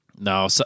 No